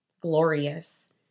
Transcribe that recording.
glorious